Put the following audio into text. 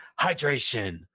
Hydration